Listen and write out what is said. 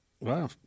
Wow